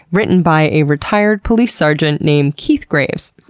written by a retired police sergeant named keith graves.